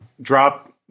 drop